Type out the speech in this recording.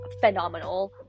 phenomenal